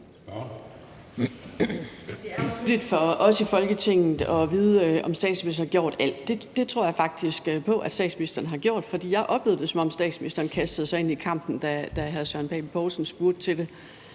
... for os i Folketinget at vide, om statsministeren har gjort alt. Det tror jeg faktisk på at statsministeren har gjort, for jeg oplevede det, som om statsministeren kastede sig ind i kampen, da hr. Søren Pape Poulsen spurgte til det.